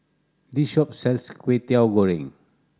this shop sells Kway Teow Goreng